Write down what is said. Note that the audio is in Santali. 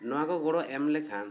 ᱱᱚᱣᱟ ᱠᱚ ᱜᱚᱲᱚ ᱮᱢ ᱞᱮᱠᱷᱟᱱ